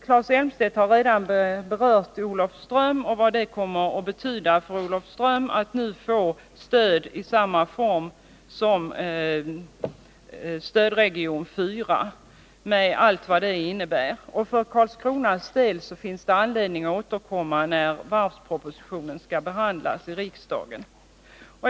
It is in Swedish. Claes Elmstedt har redan berört Olofström och vad det kommer att betyda för Olofström att nu få stöd i samma form som stödregion 4, med allt vad det innebär. För Karlskronas del finns det anledning återkomma när varvspropositionen skall behandlas i riksdagen.